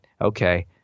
okay